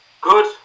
Good